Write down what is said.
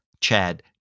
Chad